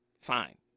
fine